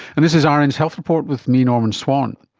and this is ah rn's health report with me, norman swan.